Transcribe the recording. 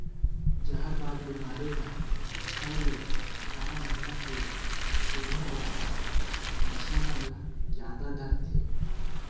जहरबाद बेमारी हर छै ले अठारह महीना के सुग्घर बछवा बछिया मन ल जादा धरथे